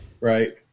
Right